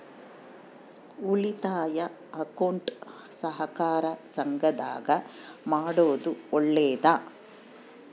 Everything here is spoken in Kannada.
ಉಳಿತಾಯ ಅಕೌಂಟ್ ಸಹಕಾರ ಸಂಘದಾಗ ಮಾಡೋದು ಒಳ್ಳೇದಾ?